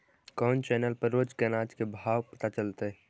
कोन चैनल पर रोज के अनाज के भाव पता चलतै?